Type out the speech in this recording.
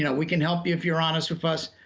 yeah we can help you if you're honest with us.